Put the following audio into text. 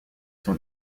son